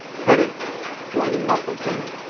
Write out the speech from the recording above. headaches, joint and muscle pain.